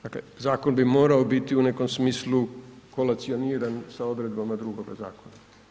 Dakle, zakon bi morao biti u nekom smislu kolacioniran sa odredbama drugoga zakona.